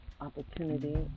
opportunity